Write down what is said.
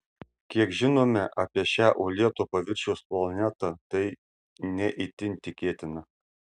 kiek žinome apie šią uolėto paviršiaus planetą tai ne itin tikėtina